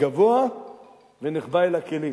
גבוה ונחבא אל הכלים.